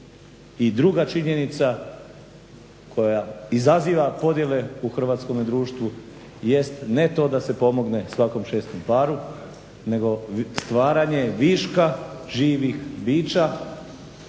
druga činjenica koja izaziva podjele u hrvatskome društvu jest, ne to da se pomogne svakom 6 paru, nego stvaranje viška živih bića